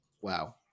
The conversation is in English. wow